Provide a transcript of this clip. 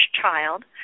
child